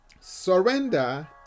surrender